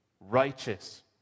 righteous